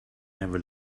never